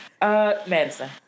Madison